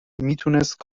میتونست